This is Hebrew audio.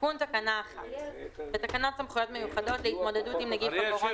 תיקון תקנה 1. בתקנות סמכויות מיוחדות להתמודדות עם נגיף הקורונה